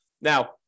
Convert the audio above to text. now